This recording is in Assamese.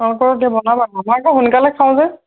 অঁ বনাই আকৌ সোনকালে খাওঁ যে